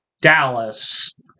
Dallas